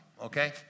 okay